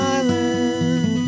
Island